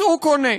מצאו קונה,